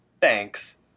thanks